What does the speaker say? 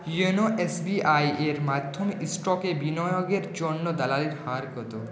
YONO S B I এর মাধ্যমে স্টকে বিনিয়োগের জন্য দালালির হার কত